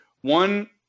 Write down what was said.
one